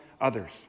others